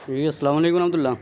جی السلام علیکم ورحمتہ اللہ